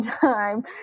time